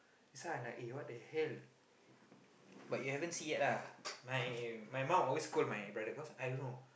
so I like eh what the hell but you haven't see yet ah my my mum always scold my brother cause I don't know